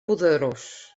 poderós